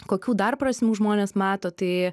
kokių dar prasmių žmonės mato tai